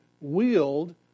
wield